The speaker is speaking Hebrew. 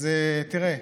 אז תראה,